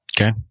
Okay